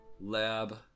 lab